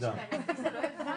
תודה רבה.